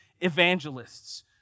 evangelists